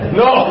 no